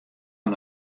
oan